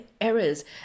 errors